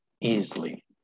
easily